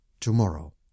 tomorrow